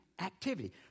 activity